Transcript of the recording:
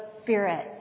spirit